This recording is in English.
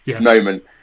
moment